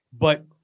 but-